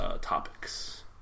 topics